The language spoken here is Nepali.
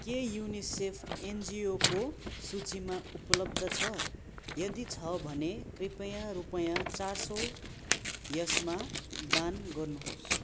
के युनिसेफ एनजिओको सूचीमा उपलब्ध छ यदि छ भने कृपया रुपियाँ चार सय यसमा दान गर्नुहोस्